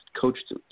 coached